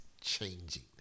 changing